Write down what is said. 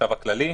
החשב הכללי,